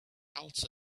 else